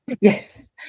Yes